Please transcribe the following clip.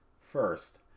First